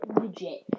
Legit